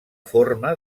forma